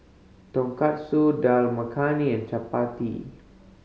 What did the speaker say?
Tonkatsu Dal Makhani and Chapati